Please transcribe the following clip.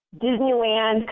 Disneyland